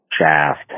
shaft